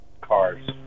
Cars